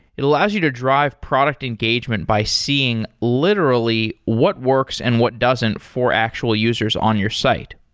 it allows you to drive product engagement by seeing literally what works and what doesn't for actual users on your site.